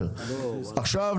כלשהו.